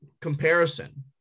comparison